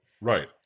Right